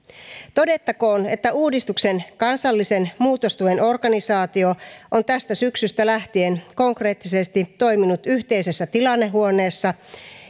todettakoon että uudistuksen kansallisen muutostuen organisaatio on tästä syksystä lähtien konkreettisesti toiminut yhteisessä tilannehuoneessa